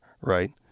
right